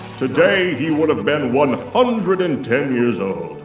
today, he would have been one hundred and ten years old.